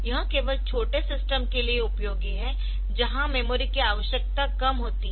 यह केवल छोटे सिस्टम के लिए उपयोगी है जहां मेमोरी की आवश्यकता कम होती है